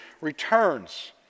returns